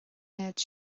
méid